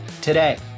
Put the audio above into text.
today